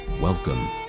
Welcome